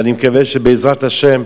ואני מקווה שבעזרת השם